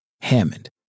Hammond